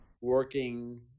working